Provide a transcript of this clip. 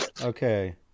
Okay